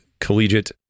collegiate